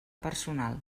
personal